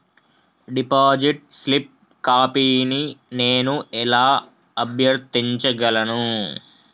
Deposit slip కాపీని నేను ఎలా అభ్యర్థించగలను?